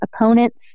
opponents